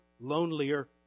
lonelier